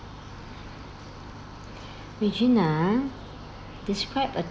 regina describe a